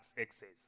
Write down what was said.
access